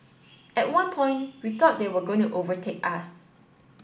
at one point we thought they were going to overtake us